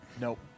Nope